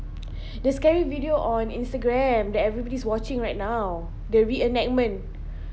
the scary video on instagram that everybody's watching right now the reenactment